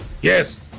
yes